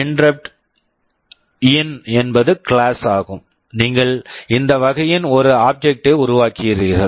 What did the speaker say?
interrupt in Interrupt In என்பது class ஆகும் நீங்கள் இந்த வகையின் ஒரு ஆப்ஜெக்ட் object ஐ உருவாக்குகிறீர்கள்